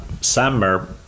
summer